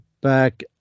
back